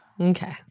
Okay